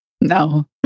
no